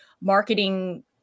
marketing